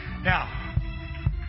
Now